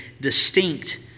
distinct